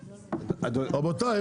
רבותיי,